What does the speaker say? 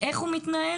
איך הוא מתנהל,